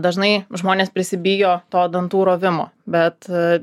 dažnai žmonės prisibijo to dantų rovimo bet